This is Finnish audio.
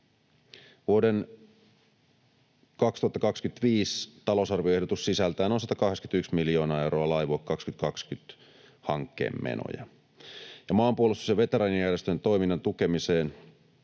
Vuoden 2025 talousarvioehdotus sisältää noin 181 miljoonaa euroa Laivue 2020 ‑hankkeen menoja. Maanpuolustus‑ ja veteraanijärjestöjen toiminnan tukemiseen